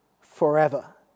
forever